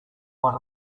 what